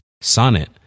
Sonnet